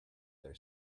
their